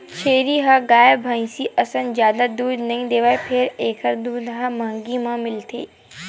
छेरी ह गाय, भइसी असन जादा दूद नइ देवय फेर एखर दूद ह महंगी म मिलथे